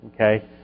okay